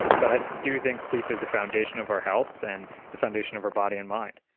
but i do think sleep is the foundation of our health and the foundation of our body and mind